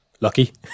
Lucky